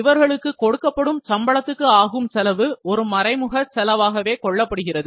இவர்களுக்கு கொடுக்கப்படும் சம்பளத்துக்கு ஆகும் செலவு ஒரு மறைமுக செலவாகவே கொள்ளப்படுகிறது